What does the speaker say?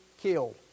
killed